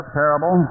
parable